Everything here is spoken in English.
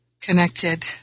connected